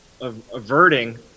averting